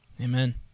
Amen